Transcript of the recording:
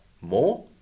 more